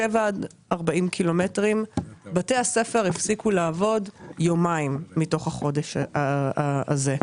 שבעה עד 40 קילומטרים בתי הספר הפסיקו לעבוד יומיים מתוך החודש הזה,